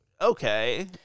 okay